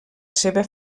seva